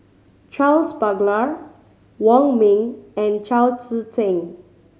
Charles Paglar Wong Ming and Chao Tzee Cheng